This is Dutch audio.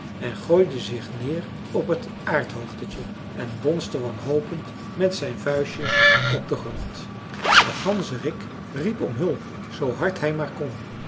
en gooide zich neer op het aardhoogtetje en bonsde wanhopend met zijn vuistjes op den grond de ganzerik riep om hulp zoo hard hij maar kon